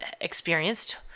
experienced